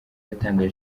yatangaje